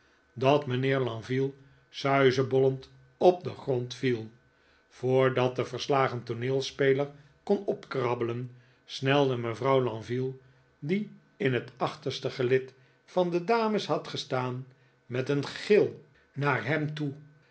dat mijnheer lenville suizebollend op den grond viel voordat de verslagen tooneelspeler kon opkrabbelen snelde mevrouw lenville die in het achterste gelid van de dames had gestaan met een gil naar hem toe